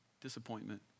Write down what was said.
disappointment